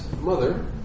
mother